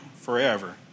forever